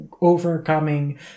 overcoming